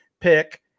pick